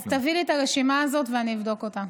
אז תביא לי את הרשימה הזאת ואני אבדוק אותה.